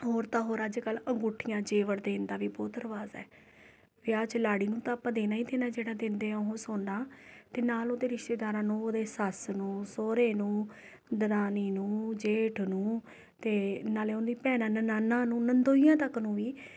ਹੋਰ ਤਾਂ ਹੋਰ ਅੱਜ ਕੱਲ੍ਹ ਅੰਗੂਠੀਆਂ ਜੇਵਰ ਦੇਣ ਦਾ ਵੀ ਬਹੁਤ ਰਿਵਾਜ਼ ਹੈ ਵਿਆਹ 'ਚ ਲਾੜੀ ਨੂੰ ਤਾਂ ਆਪਾ ਦੇਣਾ ਹੀ ਦੇਣਾ ਜਿਹੜਾ ਦਿੰਦੇ ਹੈ ਉਹ ਸੋਨਾ ਅਤੇ ਨਾਲ ਉਹਦੇ ਰਿਸ਼ਤੇਦਾਰਾਂ ਨੂੰ ਉਹਦੇ ਸੱਸ ਨੂੰ ਸੋਹਰੇ ਨੂੰ ਦਰਾਣੀ ਨੂੰ ਜੇਠ ਨੂੰ ਅਤੇ ਨਾਲ ਉਹਦੀ ਭੈਣਾਂ ਨਣਾਨਾਂ ਨੂੰ ਨਣਦੋਈਆਂ ਤੱਕ ਨੂੰ ਵੀ